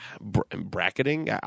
bracketing